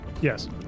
Yes